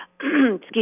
excuse